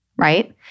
right